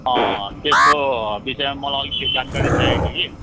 त्यसको विषयमा मलाई अलिकति जानकारी चाहिएको थियो कि